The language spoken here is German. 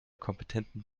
kompetenten